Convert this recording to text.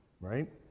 right